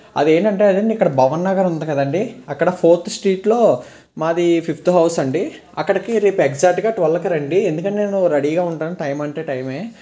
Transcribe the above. అదేంటంటే అదే ఇక్కడ భవన్ నగర్ ఉంది కదండి అక్కడ ఫోర్త్ స్ట్రీటులో మాది ఫిఫ్త్ హౌస్ అండి అక్కడికి రేపు ఎగ్జాక్ట్గా ట్వల్వకి రండి ఎందుకంటే రెడీగా నేను ఉంటాను టైం అంటే టైమే